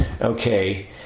Okay